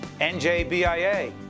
NJBIA